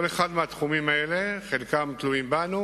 כל אחד מהתחומים האלה, חלקם תלויים בנו